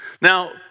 Now